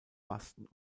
masten